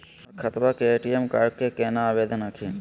हमर खतवा के ए.टी.एम कार्ड केना आवेदन हखिन?